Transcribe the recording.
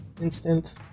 Instant